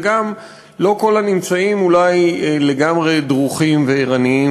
וגם לא כל הנמצאים אולי לגמרי דרוכים וערניים